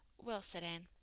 well, said anne,